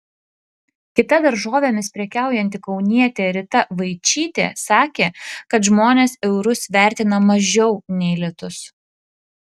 kita daržovėmis prekiaujanti kaunietė rita vaičytė sakė kad žmonės eurus vertina mažiau nei litus